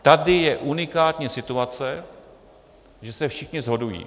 Tady je unikátní situace, že se všichni shodují.